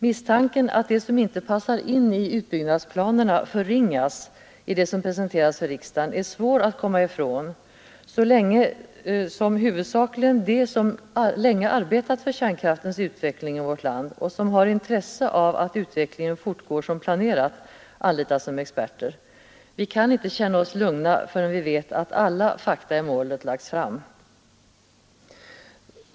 Misstanken att det som inte passar in i utbyggnadsplanerna förringas i det som presenteras för riksdagen är svår att komma ifrån, så länge huvudsakligen de som under lång tid arbetat för kärnkraftens utveckling i vårt land och som har intresse av att utvecklingen fortgår som planerat anlitas som experter. Vi kan inte känna oss lugna förrän vi vet att alla fakta i målet lagts fram.